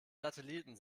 satelliten